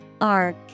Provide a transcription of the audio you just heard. Arc